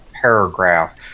paragraph